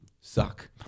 suck